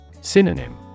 Synonym